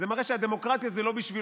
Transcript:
זה מראה שהדמוקרטיה זה לא בשבילו,